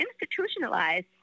institutionalized